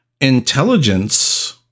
intelligence